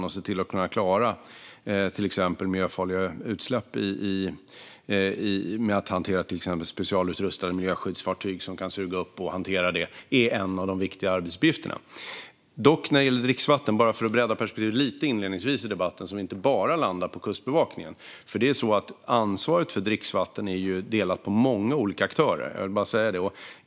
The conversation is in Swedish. Det handlar till exempel om att klara miljöfarliga utsläpp genom specialutrustade miljöskyddsfartyg som kan suga upp och hantera dem. Jag vill bredda perspektivet lite inledningsvis i debatten, så att vi inte bara landar på Kustbevakningen. Ansvaret för dricksvatten är delat på många olika aktörer.